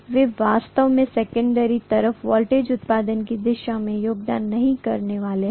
वे वास्तव में सेकन्डेरी तरफ वोल्टेज उत्पादन की दिशा में योगदान नहीं करने वाले हैं